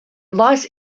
lies